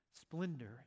Splendor